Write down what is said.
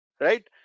right